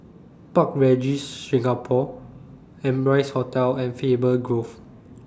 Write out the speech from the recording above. Park Regis Singapore Amrise Hotel and Faber Grove